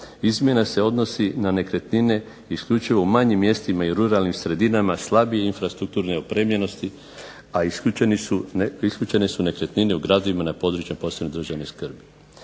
Izmjena se odnosi na nekretnine isključivo u manjim mjestima i ruralnim sredinama slabije infrastrukturne opremljenosti a isključene su nekretnine u gradovima na područja posebne državne skrbi.